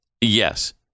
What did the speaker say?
Yes